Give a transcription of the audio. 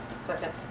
Second